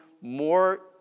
more